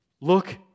look